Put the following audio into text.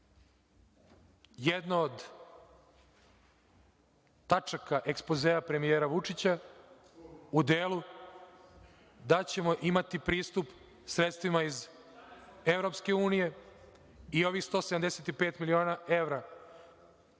jednu od tačaka ekspozea premijera Vučića, u delu da ćemo imati pristup sredstvima iz EU i ovih 175 miliona evra,